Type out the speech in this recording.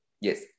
Yes